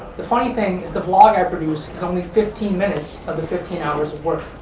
the funny thing is the vlog i produce is only fifteen minutes of the fifteen hours of work.